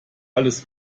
alles